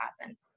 happen